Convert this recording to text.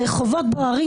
הרחובות בוערים,